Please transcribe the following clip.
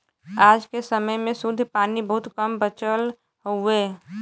आज क समय में शुद्ध पानी बहुत कम बचल हउवे